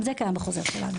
גם זה קיים בחוזר שלנו.